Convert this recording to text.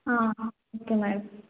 okay madam